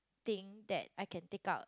thing that I can take out